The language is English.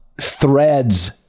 threads